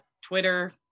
Twitter